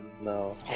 no